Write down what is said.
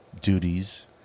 duties